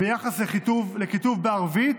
ביחס לכיתוב בערבית,